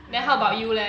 mm